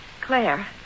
Claire